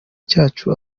cyacu